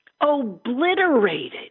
Obliterated